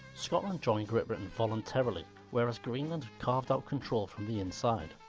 scotland joined great britain voluntarily, whereas greenland carved out control from the inside.